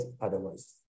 otherwise